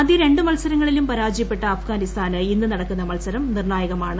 ആദ്യ രണ്ട് മത്സരങ്ങളിലും പരാജയപ്പെട്ട് അഫ്ഗാനിസ്ഥാന് ഇന്ന് നടക്കുന്ന മത്സരം നിർണായകമാണ്